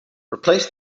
replace